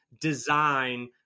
design